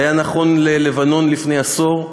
זה היה נכון ללבנון לפני עשור,